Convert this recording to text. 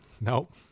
Nope